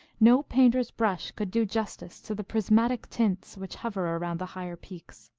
no painter's brush could do justice to the prismatic tints which hover around the higher peaks.